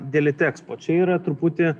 dėl litexpo čia yra truputį